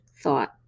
thought